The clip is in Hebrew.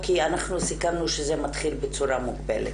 כי אנחנו סיכמנו שזה מתחיל בצורה מוגבלת,